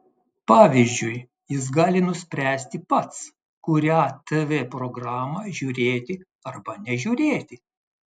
pavyzdžiui jis gali nuspręsti pats kurią tv programą žiūrėti arba nežiūrėti